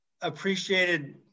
appreciated